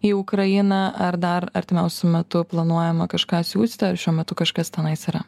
į ukrainą ar dar artimiausiu metu planuojama kažką siųsiti ar šiuo metu kažkas tenais yra